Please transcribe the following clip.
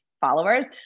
followers